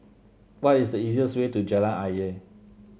what is the easiest way to Jalan Ayer